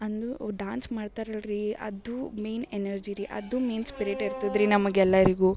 ಅಂದು ಅವರು ಡಾನ್ಸ್ ಮಾಡ್ತಾರ್ ಅಲ್ರಿ ಅದು ಮೇನ್ ಎನರ್ಜಿ ರೀ ಅದು ಮೇನ್ ಸ್ಪಿರಿಟ್ ಇರ್ತದ್ರಿ ನಮಗೆಲ್ಲರಿಗು